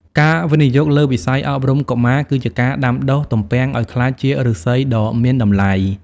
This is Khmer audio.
ការវិនិយោគលើវិស័យអប់រំកុមារ គឺជាការដាំដុះទំពាំងឱ្យក្លាយជាឫស្សីដ៏មានតម្លៃ។